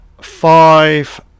five